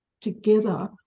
together